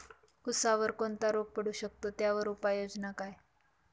ऊसावर कोणता रोग पडू शकतो, त्यावर उपाययोजना काय?